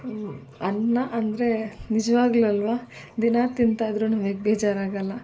ಅನ್ನ ಅಂದರೆ ನಿಜವಾಗ್ಲೂ ಅಲ್ಲವಾ ದಿನಾ ತಿಂತಾಯಿದ್ರೂನು ಬೇಜಾರಾಗೋಲ್ಲ